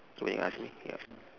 so now you ask me ya